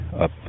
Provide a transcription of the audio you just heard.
up